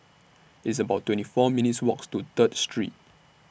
It's about twenty four minutes' Walks to Third Street